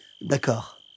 D'accord